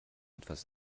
etwas